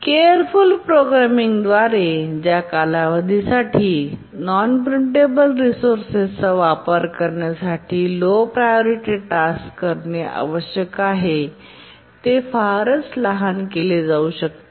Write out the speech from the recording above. careful programming द्वारे ज्या कालावधी साठी नॉन प्रिमटेबल रिसोर्सेस चा वापर करण्यासाठी लो प्रायोरिटी टास्क करणे आवश्यक आहे ते फारच लहान केले जाऊ शकते